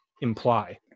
imply